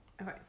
Okay